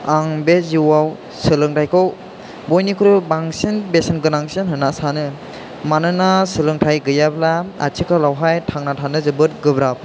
आं बे जिउआव सोलोंथाइखौ बयनिख्रुइबो बांसिन बेसेन गोनांसिन होन्ना सानो मानोना सोलोंथाइ गैयाब्ला आथिखालावहाय थांना थानो जोबोत गोब्राब